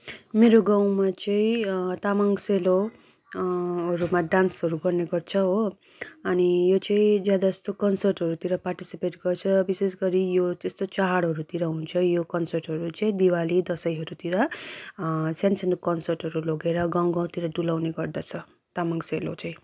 मेरो गाउँमा चाहिँ तामाङ सेलो हरूमा डान्सहरू गर्ने गर्छ हो अनि यो चाहिँ ज्यादा जस्तो कन्सर्टहरूतिर पार्टिसिपेट गर्छ विशेष गरी यो जस्तो चाडहरूतिर हुन्छ यो कन्सर्टहरू चाहिँ दिवाली दसैँहरूतिर सानो सानो कन्सर्टहरू लगेर गाउँ गाउँहरूतिर डुलाउने गर्दछ तामाङ सेलो चाहिँ